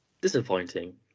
disappointing